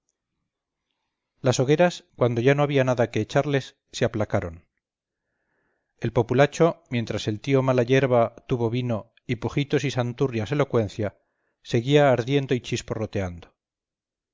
las hogueras cuando ya no había nada que echarles se aplacaron el populacho mientras el tío malayerba tuvo vino y pujitos y santurrias elocuencia seguía ardiendo y chisporroteando